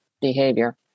behavior